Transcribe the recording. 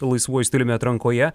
laisvuoju stiliumi atrankoje